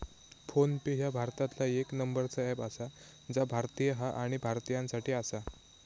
phone पे ह्या भारतातला येक नंबरचा अँप आसा जा भारतीय हा आणि भारतीयांसाठी आसा